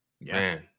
man